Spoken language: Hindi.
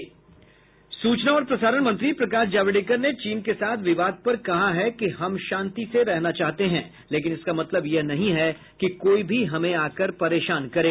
सूचना और प्रसारण मंत्री प्रकाश जावडेकर ने चीन के साथ विवाद पर कहा है कि हम शांति से रहना चाहते है लेकिन इसका मतलब यह नहीं है कि कोई भी हमें आकर परेशान करें